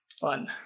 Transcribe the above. fun